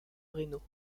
raynaud